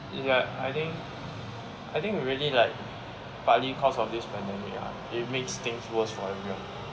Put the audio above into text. ya I think I think we really like partly cause of this pandemic lah it makes things worse for everyone